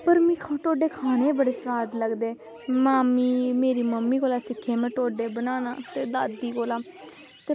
पर मिगी ढोड्डे बनाना बड़े सोआद लगदे मामी मेरी मम्मी कोला सिक्खे में ढोड्डे बनाना ते दादी कोला